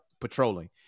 patrolling